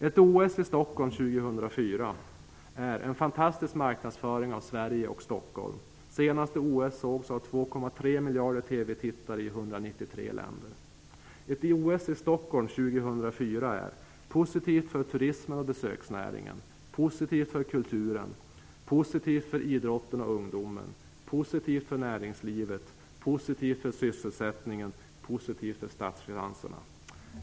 Ett OS i Stockholm är en fantastisk marknadsföring av Sverige och Stockholm. OS sågs senast av 2,3 miljarder TV-tittare i 193 länder. Ett OS i Stockholm 2004 är: - positivt för turismen och besöksnäringen - positivt för idrotten och ungdomen - positivt för näringslivet - positivt för statsfinanserna.